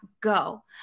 go